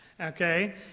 okay